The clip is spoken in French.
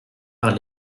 par